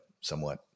somewhat